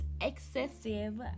excessive